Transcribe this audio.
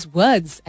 words